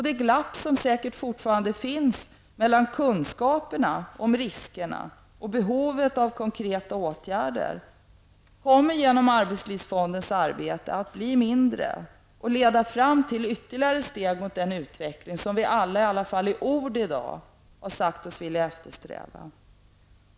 Det glapp som säkerligen fortfarande finns mellan kunskaperna om riskerna och behovet av konkreta åtgärder kommer genom arbetslivsfondens arbete att bli mindre och att leda fram till ytterligare steg mot den utveckling som vi alla i dag åtminstone i ord har sagt oss eftersträva.